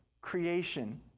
creation